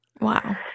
Wow